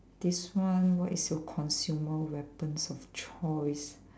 this one what is a consumable weapons of choice